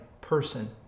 person